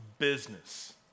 Business